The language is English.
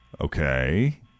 Okay